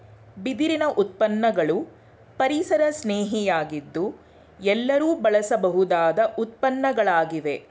ಬಿದಿರಿನ ಉತ್ಪನ್ನಗಳು ಪರಿಸರಸ್ನೇಹಿ ಯಾಗಿದ್ದು ಎಲ್ಲರೂ ಬಳಸಬಹುದಾದ ಉತ್ಪನ್ನಗಳಾಗಿವೆ